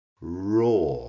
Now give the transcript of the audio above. Raw